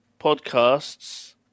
podcasts